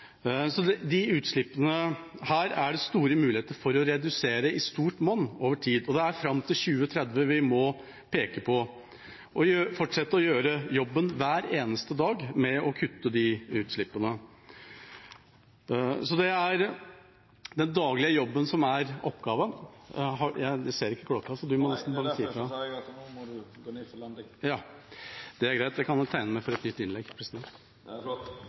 utslippene er det store muligheter for å redusere i stort monn over tid. Det er fram til 2030 vi må peke på, og vi må fortsette å gjøre jobben med å kutte utslippene hver eneste dag. Det er den daglige jobben som er oppgaven. Då må eg be representanten gå inn for landing, for tida er ute. Det er greit. Jeg kan nok tegne meg til et nytt innlegg.